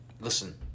listen